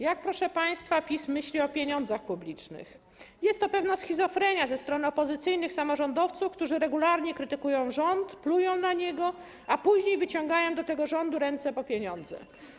Jak, proszę państwa, PiS myśli o pieniądzach publicznych: „Jest to pewna schizofrenia ze strony opozycyjnych samorządowców, którzy regularnie krytykują rząd, plują na niego, a później wyciągają do tego rządu ręce po pieniądze”